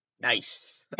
nice